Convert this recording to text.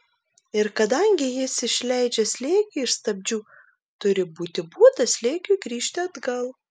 ir kadangi jis išleidžia slėgį iš stabdžių turi būti būdas slėgiui grįžti atgal